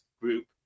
group